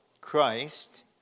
Christ